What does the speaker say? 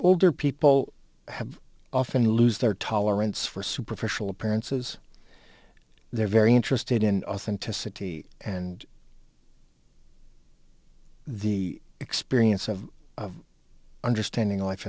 older people have often lose their tolerance for superficial appearances they're very interested in authenticity and the experience of understanding life